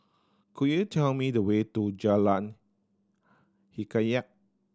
could you tell me the way to Jalan Hikayat